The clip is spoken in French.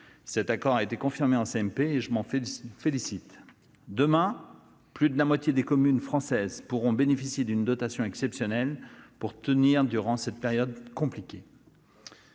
Cet accord a été confirmé en CMP, et je m'en félicite. Demain, plus de la moitié des communes françaises pourront bénéficier d'une dotation exceptionnelle pour tenir durant cette période compliquée.